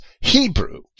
Hebrew